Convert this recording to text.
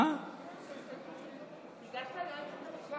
חבר הכנסת סמוטריץ'?